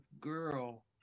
girl